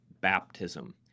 baptism